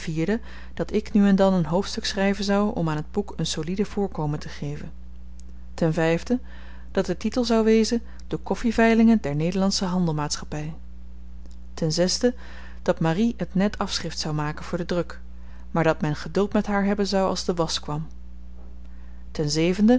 dat ik nu en dan een hoofdstuk schryven zou om aan t boek een soliede voorkomen te geven dat de titel zou wezen de koffiveilingen der nederlandsche handelmaatschappy dat marie het net afschrift zou maken voor den druk maar dat men geduld met haar hebben zou als de wasch kwam